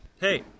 Hey